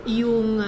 yung